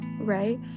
right